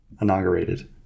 inaugurated